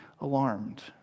alarmed